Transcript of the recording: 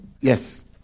Yes